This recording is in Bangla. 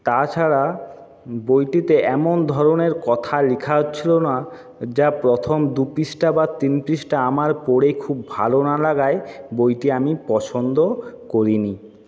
তাছাড়া বইটিতে এমন ধরনের কথা লেখা ছিল না যা প্রথম দু পৃষ্ঠা বা তিন পৃষ্ঠা আমার পড়ে খুব ভালো না লাগায় বইটি আমি পছন্দ করি নি